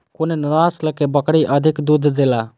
कुन नस्ल के बकरी अधिक दूध देला?